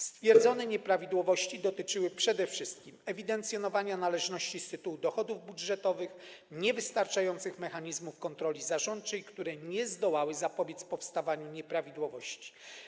Stwierdzone nieprawidłowości dotyczyły przede wszystkim ewidencjonowania należności z tytułu dochodów budżetowych, niewystarczających mechanizmów kontroli zarządczej, które nie zdołały zapobiec powstawaniu nieprawidłowości.